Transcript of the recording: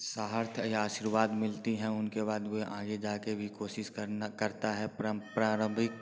सहर्ष या आशीर्वाद मिलती है उनके बाद में आगे जाकर भी कोशिश करना करता है प्रारम्भिक